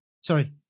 Sorry